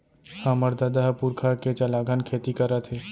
हमर ददा ह पुरखा के चलाघन खेती करत हे